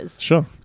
Sure